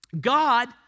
God